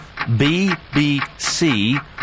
BBC